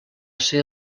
ser